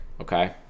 okay